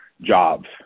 jobs